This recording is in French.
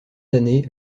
années